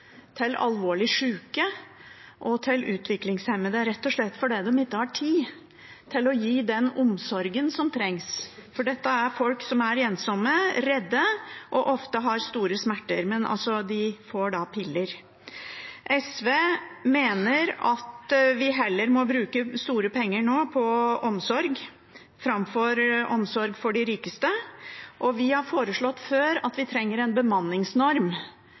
til alvorlig syke og til utviklingshemmede, rett og slett fordi en ikke har tid til å gi den omsorgen som trengs. Dette er folk som er ensomme og redde og ofte har store smerter. Men de får da piller. SV mener at vi heller nå må bruke store penger på slik omsorg framfor omsorg for de rikeste. Vi har foreslått før at vi trenger en bemanningsnorm